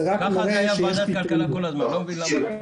תודה.